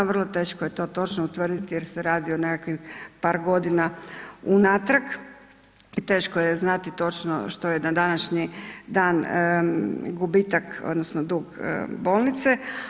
Vrlo teško je to točno utvrditi jer se radi o nekakvih par godina unatrag i teško je znati točno što je na današnji dan gubitak odnosno dug bolnice.